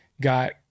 got